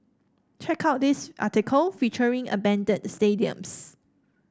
check out this article featuring abandoned stadiums